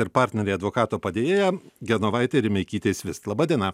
ir partneriai advokato padėjėja genovaitė rimeikytė svist laba diena